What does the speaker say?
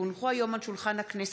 כי הונחו היום על שולחן הכנסת,